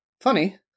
Funny